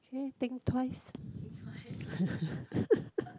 k think twice